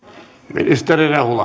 arvoisa